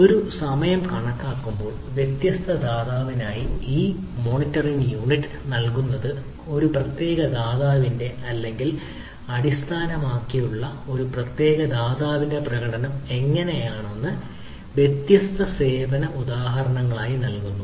ഒരു സമയം കണക്കാക്കുമ്പോൾ വ്യത്യസ്ത ദാതാവിനായി ഈ മോണിറ്ററിംഗ് യൂണിറ്റ് നൽകുന്നത് ഒരു പ്രത്യേക ദാതാവിന്റെ അല്ലെങ്കിൽ അടിസ്ഥാനമാക്കിയുള്ള ഒരു പ്രത്യേക ദാതാവിന്റെ പ്രകടനം എങ്ങനെയെന്ന് വ്യത്യസ്ത സേവന ഉദാഹരണങ്ങൾക്ക് നൽകുന്നു